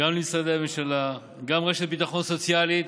למשרדי הממשלה, גם רשת ביטחון סוציאלית,